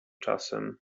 czasem